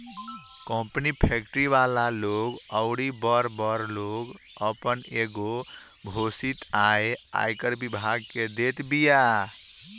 company, factory वाला लोग अउरी बड़ बड़ लोग आपन एगो घोषित आय आयकर विभाग के देत बिया